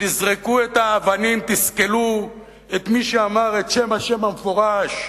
תזרקו את האבנים, תסקלו את מי שאמר את השם המפורש,